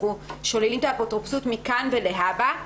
אנחנו שוללים את האפוטרופסות מכאן ולהבא.